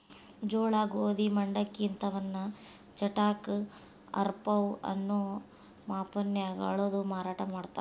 ಜೋಳ, ಗೋಧಿ, ಮಂಡಕ್ಕಿ ಇಂತವನ್ನ ಚಟಾಕ, ಆರಪೌ ಅನ್ನೋ ಮಾಪನ್ಯಾಗ ಅಳದು ಮಾರಾಟ ಮಾಡ್ತಾರ